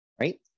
right